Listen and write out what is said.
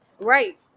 right